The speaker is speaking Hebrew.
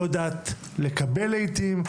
לא יודעת לקבל לעיתים,